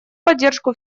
поддержку